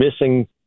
missing